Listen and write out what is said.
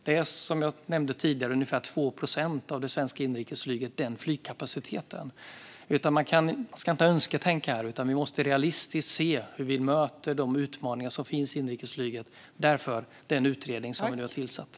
Den flygkapaciteten utgör som sagt ungefär 2 procent av det svenska inrikesflygets. Vi ska inte önsketänka utan måste realistiskt se hur vi möter de utmaningar som finns för inrikesflyget, och därför har utredningen tillsatts.